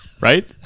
right